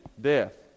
death